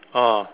oh